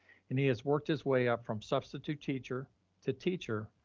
and he has worked his way up from substitute teacher to teacher,